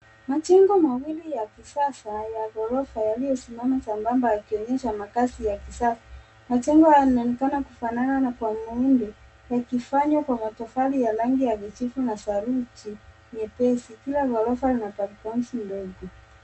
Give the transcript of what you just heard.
Majengo mawili ya kisasa ya ghorofa yaliyosimama sambamba yakionyesha makazi ya kisasa. Majengo yanaonekana kufanana kwa miundo yakifanywa kwa matofali ya rangi ya kijivu na saruji nyepesi kila ghorofa lina back ponsi ndogo .